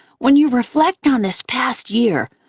when you reflect on this past year,